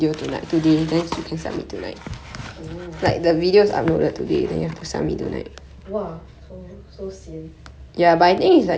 oh